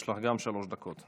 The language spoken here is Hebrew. גם יש לך שלוש דקות.